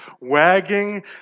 wagging